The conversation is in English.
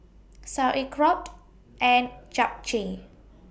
Sauerkraut and Japchae